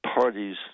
parties